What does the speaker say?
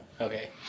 Okay